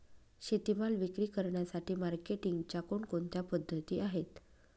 शेतीमाल विक्री करण्यासाठी मार्केटिंगच्या कोणकोणत्या पद्धती आहेत?